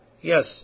yes